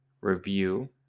review